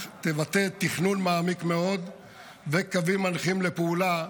תבטא תכנון מעמיק מאוד וקווים מנחים לפעולה,